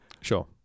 Sure